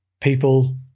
people